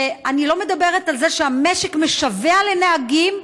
ואני לא מדברת על זה שהמשק משווע לנהגים,